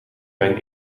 mijn